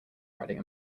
riding